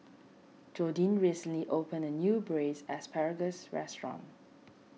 Jordyn recently opened a new Braised Asparagus restaurant